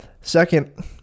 Second